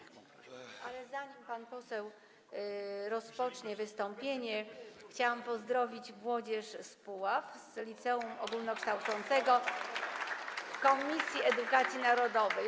Ale zanim pan poseł rozpocznie wystąpienie, chciałam pozdrowić młodzież z Puław z liceum ogólnokształcącego Komisji Edukacji Narodowej.